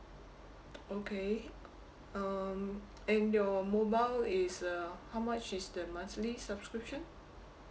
okay um and your mobile is uh how much is the monthly subscription